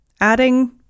adding